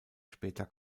später